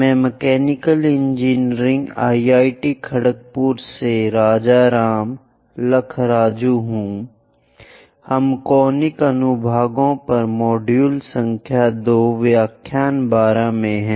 मैं mechanical engineering IIT Kharagpur से राजाराम लखराजु हूँ हम कॉनिक अनुभागों पर मॉड्यूल संख्या 2 व्याख्यान 12 में हैं